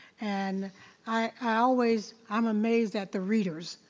and i always, i'm amazed at the readers.